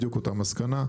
בדיוק אותה מסקנה,